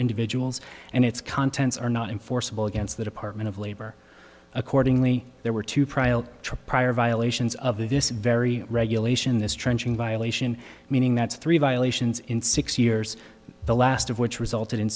individuals and its contents are not enforceable against the department of labor accordingly there were two prialt prior violations of this very regulation this trenching violation meaning that's three violations in six years the last of which resulted in